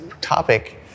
topic